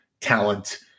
talent